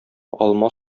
алма